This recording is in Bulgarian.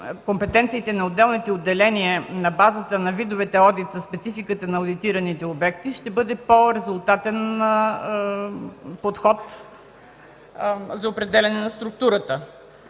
компетенциите на отделните отделения, на базата на видовете одит със спецификата на одитираните обекти, ще бъде по-резултатен подход за определяне на структурата.